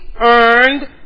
earned